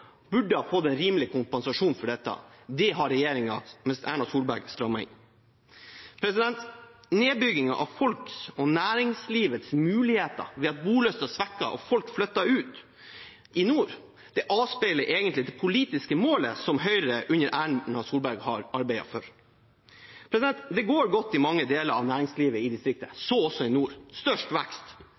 burde ha fått en rimelig kompensasjon for dette. Det har regjeringen, med Erna Solberg, strammet inn. Nedbygging av folks og næringslivets muligheter ved at bolysten svekkes og folk i nord flytter ut, avspeiler egentlig det politiske målet som Høyre under Erna Solberg har arbeidet for. Det går godt i mange deler av næringslivet i distriktene, så også i nord, størst vekst.